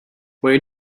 where